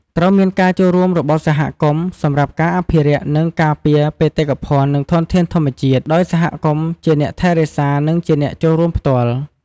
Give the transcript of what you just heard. ត្រូវមានការចូលរួមរបស់សហគមន៍ សម្រាប់ការអភិរក្ស និងការពារបេតិកភណ្ឌ និងធនធានធម្មជាតិ ដោយសហគមន៍ជាអ្នកថែរក្សា និងជាអ្នកចូលរួមផ្ទាល់។